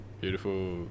Beautiful